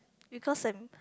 because um